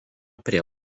prie